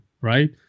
right